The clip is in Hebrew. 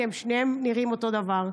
כי הם שניהם נראים אותו דבר.